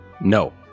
No